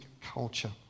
culture